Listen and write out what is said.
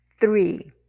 Three